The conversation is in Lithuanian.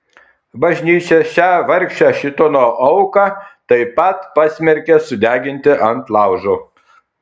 bažnyčia šią vargšę šėtono auką taip pat pasmerkia sudeginti ant laužo